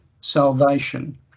salvation